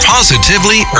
Positively